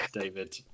david